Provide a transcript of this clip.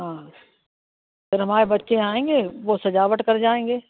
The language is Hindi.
हाँ फिर हमारे बच्चे आएँगे वो सजावट कर जाएँगे